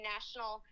National